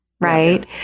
right